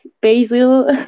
basil